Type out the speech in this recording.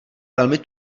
velmi